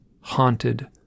haunted